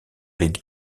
les